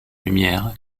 lumière